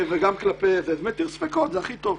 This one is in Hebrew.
זה מתיר ספקות, זה הכי טוב.